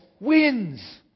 wins